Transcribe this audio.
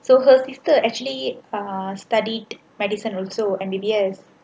so her sister actually uh studied medicine also M_B_B_S